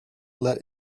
let